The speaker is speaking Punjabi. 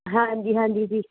ਹਾਂਜੀ ਹਾਂਜੀ ਜੀ